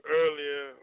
earlier